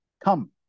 Come